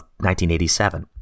1987